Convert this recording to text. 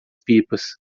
pipas